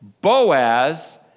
Boaz